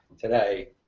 today